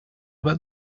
about